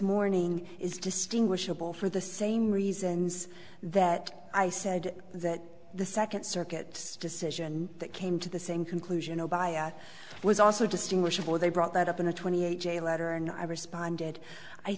morning is distinguishable for the same reasons that i said that the second circuit decision that came to the same conclusion o by a was also distinguished or they brought that up in a twenty eight j letter and i responded i